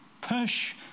push